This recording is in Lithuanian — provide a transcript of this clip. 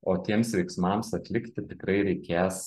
o tiems veiksmams atlikti tikrai reikės